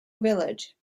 village